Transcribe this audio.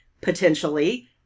potentially